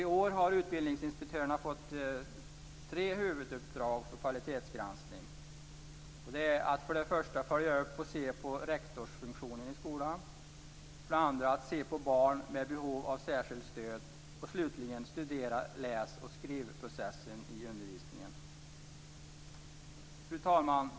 I år har utbildningsinspektörerna fått tre huvuduppdrag för kvalitetsgranskning: För det första att följa upp och titta närmare på rektorsfunktionen i skolan. För det andra att se på barn med behov av särskilt stöd. Slutligen att studera läs och skrivprocessen i undervisningen. Fru talman!